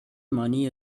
money